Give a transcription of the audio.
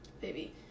Baby